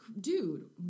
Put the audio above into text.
dude